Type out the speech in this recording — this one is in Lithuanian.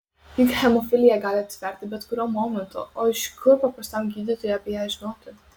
juk hemofilija gali atsiverti bet kuriuo momentu o iš kur paprastam gydytojui apie ją žinoti